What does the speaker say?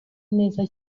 neza